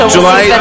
July